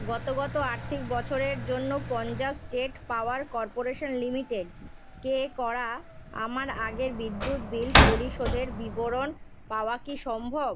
গত গত আর্থিক বছরের জন্য পঞ্জাব স্টেট পাওয়ার কর্পোরেশন লিমিটেডকে করা আমার আগের বিদ্যুৎ বিল পরিশোধের বিবরণ পাওয়া কি সম্ভব